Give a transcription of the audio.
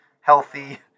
healthy